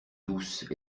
douce